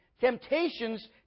Temptations